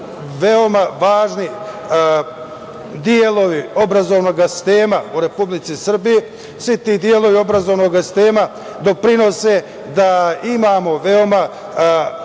veoma važni delovi obrazovnog sistema u Republici Srbiji. Svi ti delovi obrazovnog sistema doprinose da imamo veoma